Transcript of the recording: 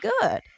good